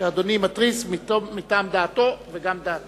שאדוני מתריס מטעם דעתו וגם דעתי.